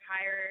hired